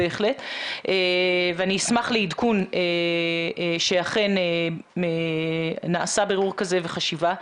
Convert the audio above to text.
אני אשמח לעדכון שאכן נעשה בירור כזה וחשיבה.